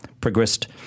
progressed